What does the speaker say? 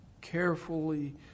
carefully